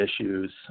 issues